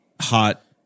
hot